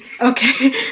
Okay